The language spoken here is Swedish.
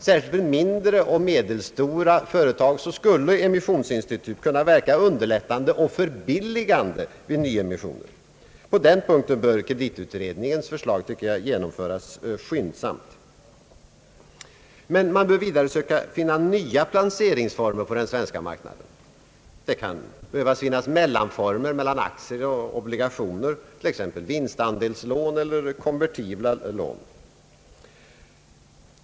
Särskilt för mindre och medelstora företag skulle emissionsinstitut kunna verka underlättande och förbilligande vid nyemissioner. På den punkten bör kreditinstitututredningens förslag genomföras skyndsamt. Man bör vidare söka finna nya placeringsformer på den svenska marknaden. Det kan behöva finnas mellanformer mellan aktier och obligationer, såsom vinstandelslån och konvertibla lån.